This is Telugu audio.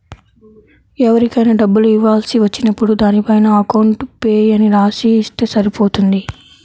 ఎవరికైనా డబ్బులు ఇవ్వాల్సి వచ్చినప్పుడు దానిపైన అకౌంట్ పేయీ అని రాసి ఇస్తే సరిపోతుంది